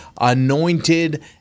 anointed